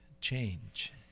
change